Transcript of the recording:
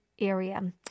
area